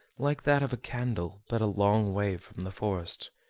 like that of a candle, but a long way from the forest.